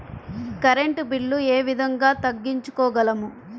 Current bill ఏ విధంగా తగ్గించుకోగలము?